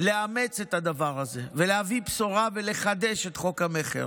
לאמץ את הדבר הזה, להביא בשורה, לחדש את חוק המכר